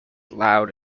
loud